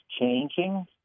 changing